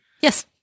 Yes